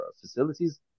facilities